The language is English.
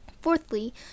Fourthly